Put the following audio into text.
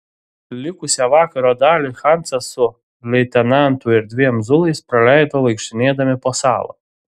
likusią vakaro dalį hansas su leitenantu ir dviem zulais praleido vaikštinėdami po salą